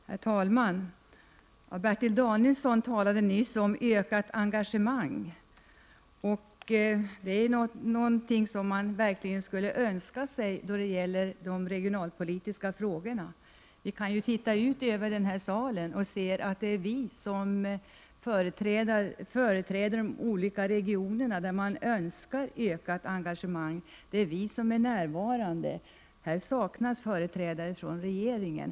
Herr talman! Bertil Danielsson talade nyss om ökat engagemang. Det är något som jag verkligen önskar mig när det gäller de regionalpolitiska frågorna. Vi kan ju se ut över denna sal. Då ser vi att det är vi som företräder de regioner som önskar ökat engagemang som är närvarade vid denna debatt. Här saknas företrädare för regeringen.